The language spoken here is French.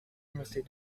remontée